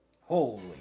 Holy